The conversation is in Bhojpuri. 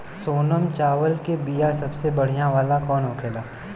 सोनम चावल के बीया सबसे बढ़िया वाला कौन होखेला?